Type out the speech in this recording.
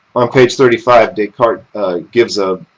on page thirty five descartes gives ah